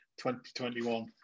2021